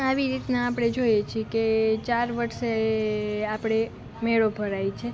આવી રીતના આપણે જોઈએ છે કે ચાર વર્ષે એ આપણે મેળો ભરાય છે